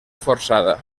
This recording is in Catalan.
forçada